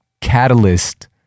catalyst